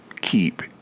keep